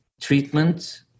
treatment